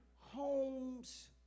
homes